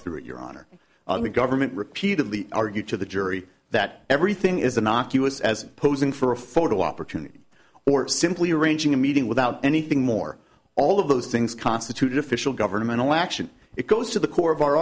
through your honor the government repeatedly argued to the jury that everything is a knock us as posing for a photo opportunity or simply arranging a meeting without anything more all of those things constitute official governmental action it goes to the core of our